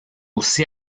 aussi